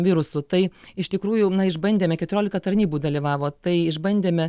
virusu tai iš tikrųjų na išbandėme keturiolika tarnybų dalyvavo tai išbandėme